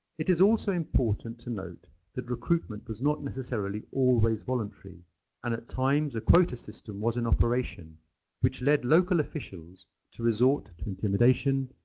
it is also important to note that recruitment was not necessarily always voluntary and that at times a quota system was in operation which led local officials to resort to intimidation,